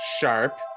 sharp